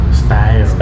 style